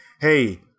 Hey